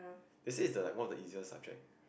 they say is the like one of the easier subject